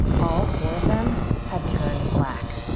all four of them had turned black.